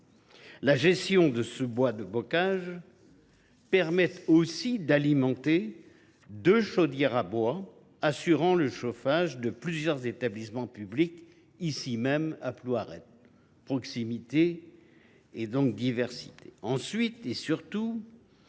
La gestion de ce bois de bocage permet aussi d’alimenter deux chaudières à bois assurant le chauffage de plusieurs établissements publics. La haie allie ainsi proximité et diversité. Surtout,